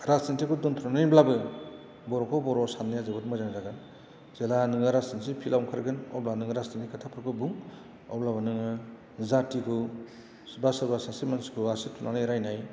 राजनिथिखौ दोन्थ'नानैब्लाबो बर'खौ बर' सान्नाया जोबोद मोजां जागोन जेला नोङो राजनिथि फिलाव ओंखारगोन अब्ला नोङो राजनिथि खोथाफोरखौ बुं अब्लाबो नोङो जाथिखौ बा सोरबा सासे मानसिखौ आसि थुनानै रायनाय